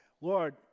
Lord